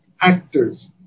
actors